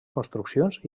construccions